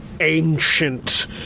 ancient